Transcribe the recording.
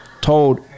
Told